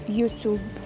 YouTube